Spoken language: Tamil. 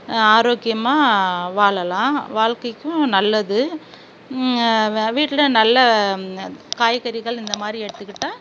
ஆரோக்கியமாக வாழலாம் வாழ்க்கைக்கும் நல்லது வீட்டில் நல்ல காய்கறிகள் இந்த மாதிரி எடுத்துக்கிட்டால்